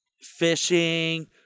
Fishing